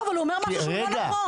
אבל הוא אומר משהו לא נכון.